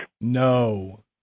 No